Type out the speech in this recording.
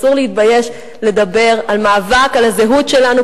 אסור להתבייש לדבר על מאבק על הזהות שלנו,